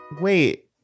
Wait